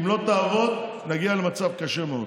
כי אם לא תעבוד נגיע למצב קשה מאוד.